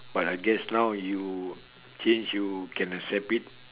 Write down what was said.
but I guess now you change you can accept it